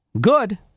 good